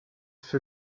für